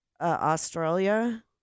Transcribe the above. Australia